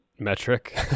metric